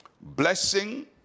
blessing